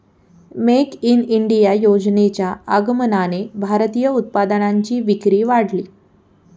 make in India योजनेच्या आगमनाने भारतीय उत्पादनांची विक्री वाढली